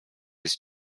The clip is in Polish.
jest